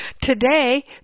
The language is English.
Today